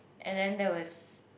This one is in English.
and there was